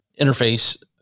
Interface